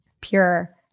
pure